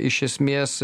iš esmės